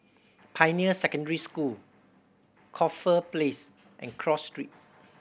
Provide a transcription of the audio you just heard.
Pioneer Secondary School Corfe Place and Cross Street